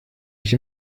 ich